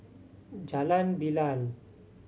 Jalan Bilal